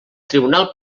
tribunal